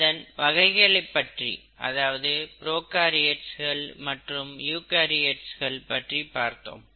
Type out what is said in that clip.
அதன் வகைகளைப் பற்றி அதாவது ப்ரோகாரியோட்ஸ் மற்றும் யூகரியோட்ஸ் பற்றி பார்த்தோம்